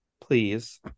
please